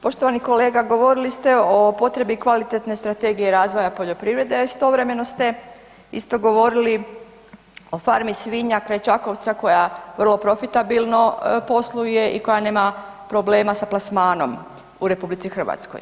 Poštovani kolega govorili ste o potrebi kvalitetne strategije razvoja poljoprivrede, a istovremeno ste isto govorili o farmi svinja kraj Čakovca koja vrlo profitabilno posluje i koja nema problema sa plasmanom u RH.